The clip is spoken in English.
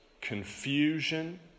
confusion